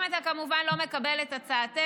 אם אתה כמובן לא מוכן לקבל את הצעתנו,